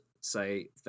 say